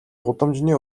гудамжны